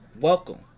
Welcome